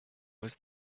was